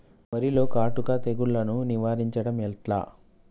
వరిలో కాటుక తెగుళ్లను నివారించడం ఎట్లా?